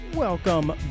Welcome